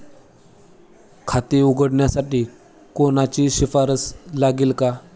खाते उघडण्यासाठी कोणाची शिफारस लागेल का?